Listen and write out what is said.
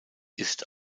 ist